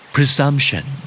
Presumption